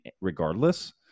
regardless